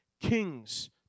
kings